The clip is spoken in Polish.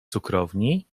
cukrowni